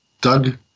Doug